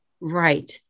right